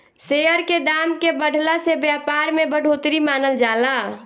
share के दाम के बढ़ला से व्यापार में बढ़ोतरी मानल जाला